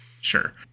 Sure